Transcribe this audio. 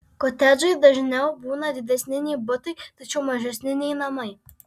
kotedžai dažniau būna didesni nei butai tačiau mažesni nei namai